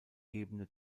ebene